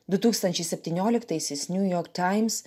du tūkstančiai septynioliktaisiais niu jork taims